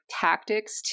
tactics